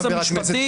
הייעוץ המשפטי,